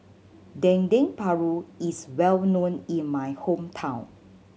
Dendeng Paru is well known in my hometown